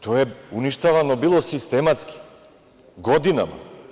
To je uništavamo bilo sistematski, godinama.